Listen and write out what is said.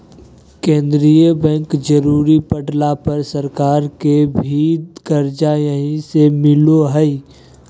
केंद्रीय बैंक जरुरी पड़ला पर सरकार के भी कर्जा यहीं से मिलो हइ